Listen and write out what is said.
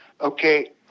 Okay